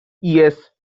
yes